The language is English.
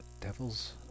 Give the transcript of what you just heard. devils